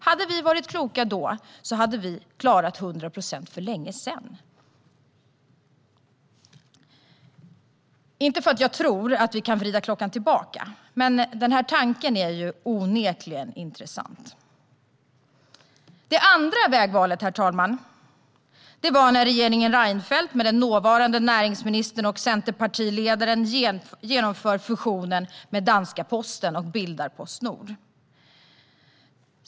Hade vi varit kloka då hade vi klarat hundra procent för länge sedan. Inte för att jag tror att vi kan vrida klockan tillbaka, men den här tanken är onekligen intressant. Det andra vägvalet, herr talman, var när regeringen Reinfeldt med den dåvarande näringsministern och centerpartiledaren genomförde fusionen med danska posten och bildade Postnord.